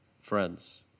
friends